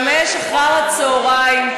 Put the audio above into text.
אחר הצוהריים,